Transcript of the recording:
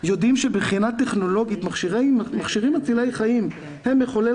יודעים שמבחינה טכנולוגית מכשירים מצילי חיים הם מחולל